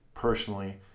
personally